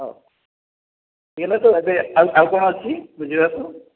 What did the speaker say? ହଉ ହୋଇଗଲା ତ ଏବେ ଆଉ ଆଉ କ'ଣ ଅଛି ବୁଝିବାକୁ